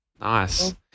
Nice